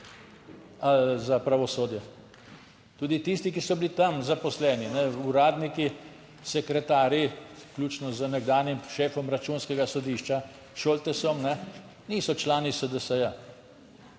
za pravosodje. Tudi tisti, ki so bili tam zaposleni uradniki, sekretarji, vključno z nekdanjim šefom računskega sodišča Šoltesom, niso člani SDS.